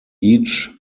each